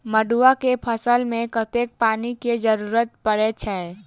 मड़ुआ केँ फसल मे कतेक पानि केँ जरूरत परै छैय?